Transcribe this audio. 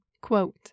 Quote